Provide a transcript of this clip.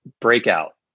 breakout